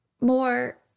more